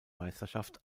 meisterschaft